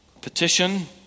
Petition